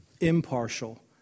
impartial